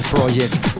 Project